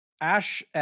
Ash